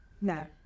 No